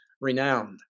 renowned